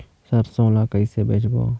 सरसो ला कइसे बेचबो?